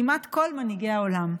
כמעט כל מנהיגי העולם,